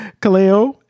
Kaleo